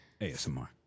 ASMR